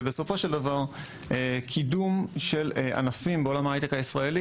ובסופו של דבר קידום של ענפים בעולם ההייטק הישראלי